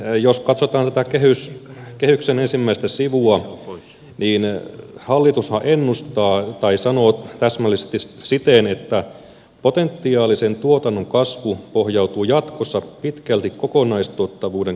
jos katsotaan tätä kehyksen ensimmäistä sivua niin hallitushan ennustaa tai sanoo täsmällisesti siten että potentiaalisen tuotannon kasvu pohjautuu jatkossa pitkälti kokonaistuottavuuden kohenemiseen